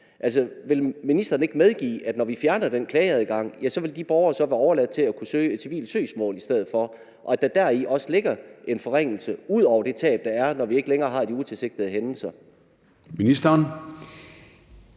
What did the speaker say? vil ministeren ikke medgive, at når vi fjerner den klageadgang, vil de borgere så være overladt til at kunne søge et civilt søgsmål i stedet for, og at der deri også ligger en forringelse ud over det tab, der er, når vi ikke længere har de utilsigtede hændelser?